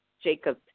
Jacob